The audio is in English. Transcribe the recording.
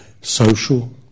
Social